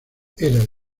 era